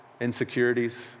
insecurities